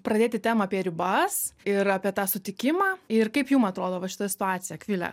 pradėti temą apie ribas ir apie tą sutikimą ir kaip jum atrodo va šita situacija akvile